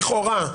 לכאורה,